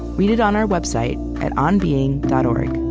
read it on our website at onbeing dot o r